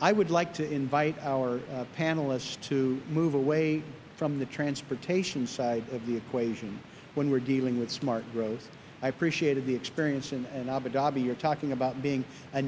i would like to invite our panelists to move away from the transportation side of the equation when we are dealing with smart growth i appreciated the experience in abu dhabi you are talking about being a